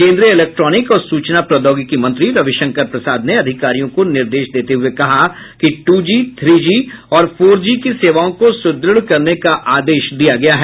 केंद्रीय इलेक्ट्रोनिक और सूचना प्रौद्योगिकी मंत्री रवि शंकर प्रसाद ने अधिकारियों को निर्देश देते हुये कहा कि टू जी थ्री जी और फोर जी की सेवाओं को सुद्रढ़ करने का आदेश दिया गया है